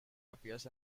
appears